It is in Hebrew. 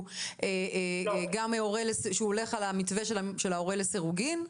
גם הולך על המתווה של ההורה לסירוגין.